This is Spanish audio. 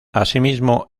asimismo